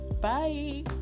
bye